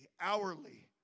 hourly